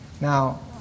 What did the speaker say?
Now